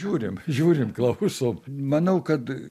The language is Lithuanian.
žiūrim žiūrim klausom manau kad